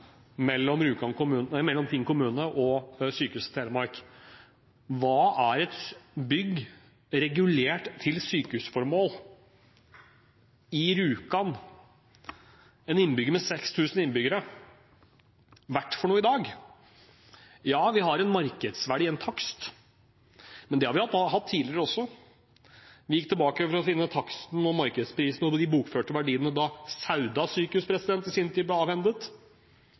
mellom Tinn kommune og Sykehuset Telemark. Hva er et bygg regulert til sykehusformål i Rjukan – en by med 6 000 innbyggere – verdt i dag? Ja, vi har en markedsverdi, en takst, men det har vi hatt tidligere også. Vi gikk tilbake for å finne taksten, markedsprisen og de bokførte verdiene da Sauda sykehus i sin tid ble